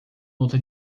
luta